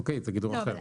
אוקיי, זה גידור אחר.